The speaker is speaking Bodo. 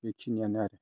बिखिनियानो आरो